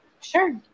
Sure